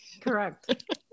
Correct